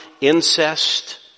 incest